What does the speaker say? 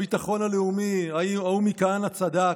הביטוח הלאומי, ההוא מ"כהנא צדק"?